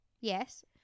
Yes